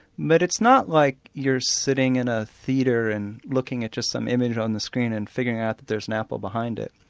but it's not like you're sitting in a theatre and looking at just some image on the screen and figuring out that there's an apple behind it.